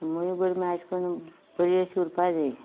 movie बरी म्हळ्या अशें करून बरी अशी उरपा जाय